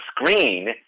screen